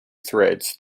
threads